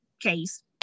case